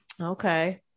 Okay